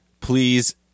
please